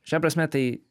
šia prasme tai